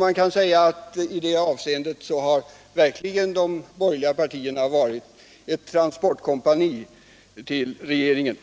Man kan säga att de borgerliga partierna i detta avseende verkligen varit ett transportkompani åt regeringen.